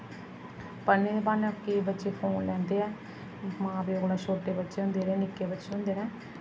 पढ़ने दे ब्हान्ने केईं बच्चें फोन लैंदे ऐ मां प्यो कन्नै छोटे बच्चे होंदे जेह्ड़े निक्के बच्चे होंदे न